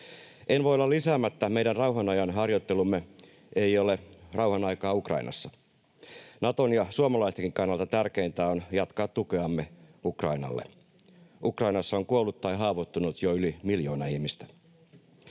En voi olla lisäämättä: Meidän rauhanajan harjoittelumme ei ole rauhanaikaa Ukrainassa. Naton ja suomalaistenkin kannalta tärkeintä on jatkaa tukeamme Ukrainalle. Ukrainassa on kuollut tai haavoittunut jo yli miljoona ihmistä.